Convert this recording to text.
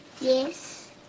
Yes